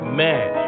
man